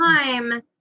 time